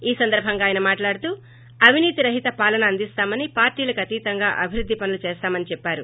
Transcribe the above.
ఈ సందర్భంగా ఆయన మాట్లాడుతూ అవినీతి రహిత పాలన అందిస్తామని పార్షీలకతీతంగా అభివృద్ధి పనులు చేస్తామని చెప్పారు